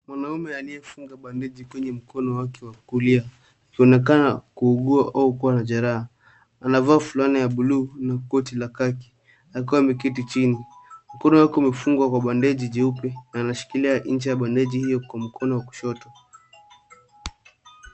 Mwanaume aliyefunga bandeji kwenye mkono wake wa kulia anaonekana kuugua au kuwa na jeraha. Anavaa fulana ya bluu na koti la kaki akiwa ameketi chini. Mkono wake umefungwa kwa bandeji jeupe na anashikilia ncha ya bandeji hiyo kwa mkono wa kushoto.